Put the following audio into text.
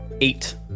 Eight